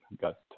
got